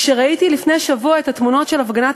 כשראיתי לפני שבוע את התמונות של הפגנת